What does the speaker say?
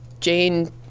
Jane